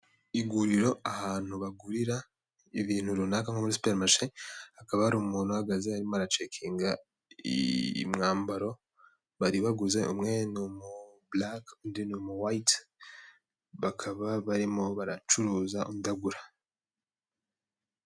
Iguriro ahantu bagurira ibintu runaka nko muri superi marishe hakaba hari umuntu uhagaze harimo aracekinga imyambaro bari baguze, umwe ni umuburake undi ni umuwayit, bakaba barimo baracuruza undi agura.